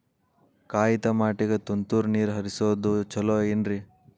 ಕಾಯಿತಮಾಟಿಗ ತುಂತುರ್ ನೇರ್ ಹರಿಸೋದು ಛಲೋ ಏನ್ರಿ?